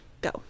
Go